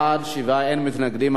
בעד, 7, אין מתנגדים.